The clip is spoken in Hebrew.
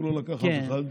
הוא לא לקח אף אחד.